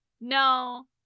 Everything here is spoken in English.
No